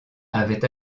avait